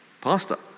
pastor